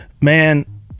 man